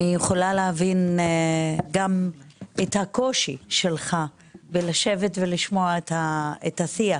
אני יכולה להבין גם את הקושי שלך בלשבת ולשמוע את השיח